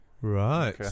right